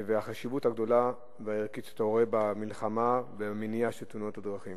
והחשיבות הגדולה והערכית שאתה רואה במלחמה ובמניעה של תאונות הדרכים.